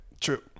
True